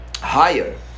higher